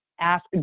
ask